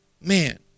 Man